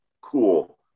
cool